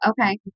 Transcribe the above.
okay